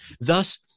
Thus